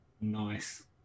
Nice